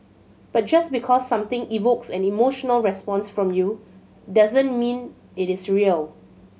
but just because something evokes an emotional response from you doesn't mean it is real